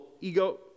ego